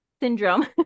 syndrome